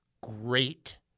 great